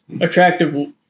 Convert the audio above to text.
Attractive